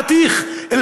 החתיך,